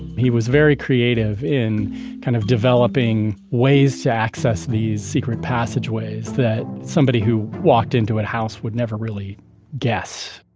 he was very creative in kind of developing ways to access these secret passageways that somebody who walked into a house would never really guess